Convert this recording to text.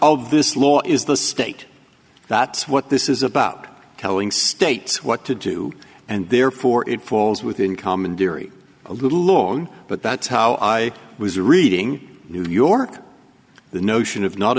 of this law is the state that's what this is about telling states what to do and therefore it falls within common diri loan but that's how i was reading new york the notion of not